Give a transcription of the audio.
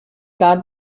god